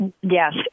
Yes